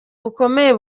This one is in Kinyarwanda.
bukomeye